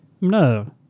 No